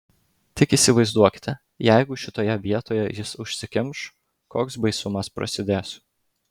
tik įsivaizduokite jeigu šitoje vietoje jis užsikimš koks baisumas prasidės